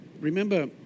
Remember